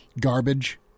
garbage